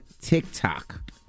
TikTok